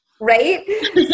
Right